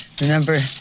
Remember